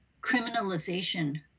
criminalization